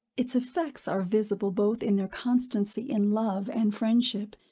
its effects are visible both in their constancy in love and friendship,